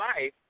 life